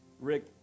rick